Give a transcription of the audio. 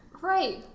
right